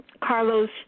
Carlos